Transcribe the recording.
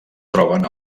troben